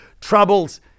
troubles